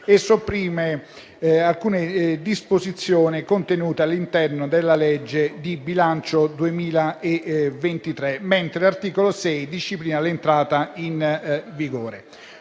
sopprime alcune disposizioni contenute all'interno della legge di bilancio 2023, mentre l'articolo 6 disciplina l'entrata in vigore.